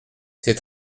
c’est